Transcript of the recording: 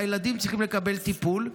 והילדים צריכים לקבל טיפול,